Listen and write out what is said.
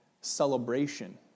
celebration